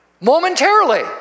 momentarily